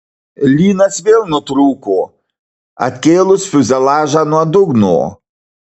lynas vėl nutrūko atkėlus fiuzeliažą nuo dugno